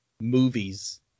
movies